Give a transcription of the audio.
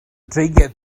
dreigiau